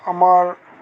আমাৰ